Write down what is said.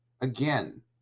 again